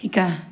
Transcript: শিকা